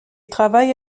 travaille